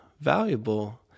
valuable